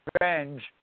revenge